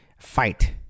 fight